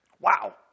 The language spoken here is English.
Wow